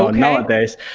ah and nowadays,